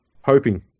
Hoping